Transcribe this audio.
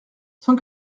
cent